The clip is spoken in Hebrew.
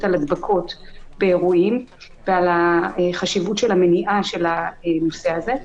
על הדבקות באירועים ועל החשיבות של מניעת הנושא הזה,